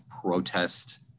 protest